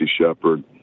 Shepard